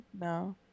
no